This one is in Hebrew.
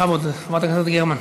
בכבוד, חברת הכנסת גרמן.